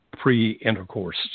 pre-intercourse